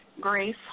Grace